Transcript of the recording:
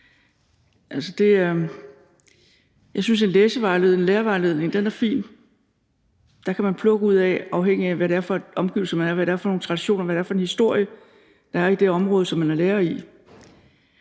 Jeg synes, en lærervejledning er fin. Den kan man plukke ud af, afhængigt af hvad det er for nogle omgivelser, hvad det er for nogle traditioner, hvad det er for en historie, der er i det område, man er lærer i.